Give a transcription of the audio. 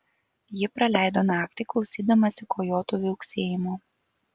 ji praleido naktį klausydamasi kojotų viauksėjimo